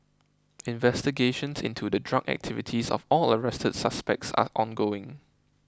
investigations into the drug activities of all arrested suspects are ongoing